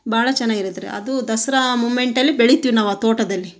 ಭಾಳ ಚೆನ್ನಾಗಿರುತ್ತೆ ರೀ ಅದು ದಸರಾ ಮೂಮೆಂಟಲ್ಲಿ ಬೆಳಿತೀವಿ ನಾವು ಆ ತೋಟದಲ್ಲಿ